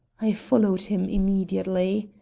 i followed him immediately.